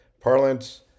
Parlance